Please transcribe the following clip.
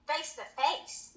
face-to-face